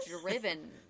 driven